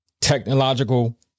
technological